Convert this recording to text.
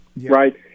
Right